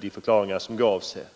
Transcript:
de förklaringar som gavs här.